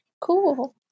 cool